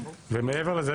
ומעבר לזה,